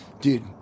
dude